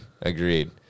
agreed